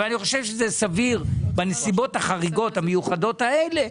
אבל אני חושב שזה סביר בנסיבות החריגות המיוחדות האלה